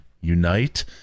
Unite